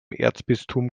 erzbistum